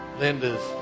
Linda's